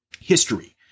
history